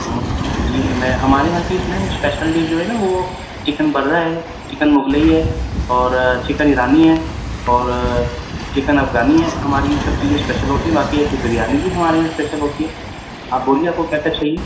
جی ہمیں ہمارے یہاں کی کچھ میم اسپیشیل ڈش جو ہے نہ وہ چکن برا ہے چکن مغلئی ہے اور چکن ایرانی ہے اور چکن افغانی ہے ہماری یہ سب چیزیں اسپیشیل ہوتی ہے باقی ایک بریانی بھی ہمارے یہاں اسپیشیل ہوتی ہے اب بولیے آپ کو کیا کیا چاہیے